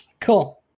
Cool